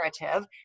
narrative